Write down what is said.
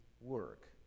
work